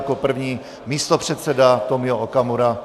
Jako první místopředseda Tomio Okamura.